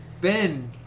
Ben